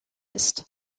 ist